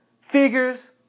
figures